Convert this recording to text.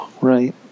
right